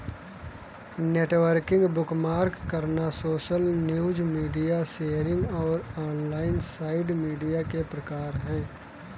networking, bookmark करना, social news, media sharing और online site media के प्रकार हैं